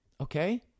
Okay